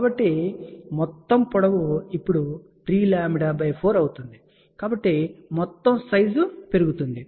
కాబట్టి మొత్తం పొడవు ఇప్పుడు 3λ4 అవుతుంది కాబట్టి మొత్తం సైజ్ పెరుగుతుంది